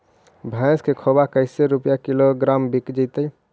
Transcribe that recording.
भैस के खोबा कैसे रूपये किलोग्राम बिक जइतै?